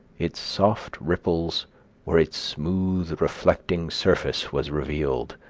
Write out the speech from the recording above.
its soft ripples or its smooth reflecting surface was revealed,